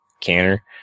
canner